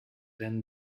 when